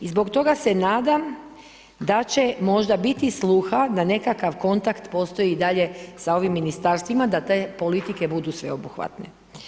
I zbog toga se nadam da će možda biti sluha da nekakav kontakt postoji i dalje sa ovim Ministarstvima, da te politike budu sveobuhvatne.